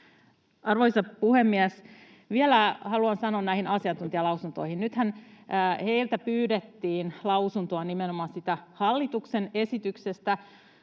Arvoisa puhemies! Vielä haluan sanoa näistä asiantuntijalausunnoista: Nythän heiltä pyydettiin lausuntoa nimenomaan siitä hallituksen esityksestä,